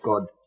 God